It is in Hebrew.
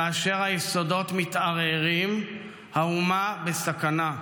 כאשר היסודות מתערערים, האומה בסכנה.